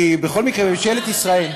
כי בכל מקרה, ממשלת ישראל,